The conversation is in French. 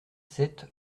sept